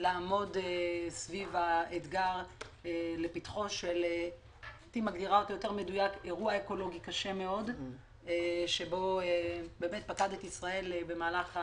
לעמוד סביב האתגר לפתחו של אירוע אקולוגי קשה מאוד שפקד את ישראל,